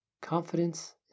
confidence